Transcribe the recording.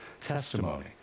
testimony